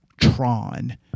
Tron